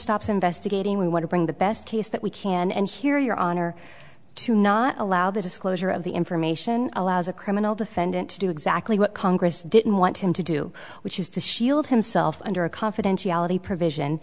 stops investigating we want to bring the best case that we can and here your honor to not allow the disclosure of the information allows a criminal defendant to do exactly what congress didn't want him to do which is to shield himself under a confidentiality provision